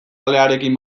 alearekin